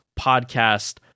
podcast